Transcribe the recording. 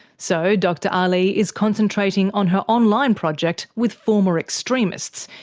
so dr aly is concentrating on her online project with former extremists,